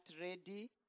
ready